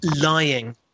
lying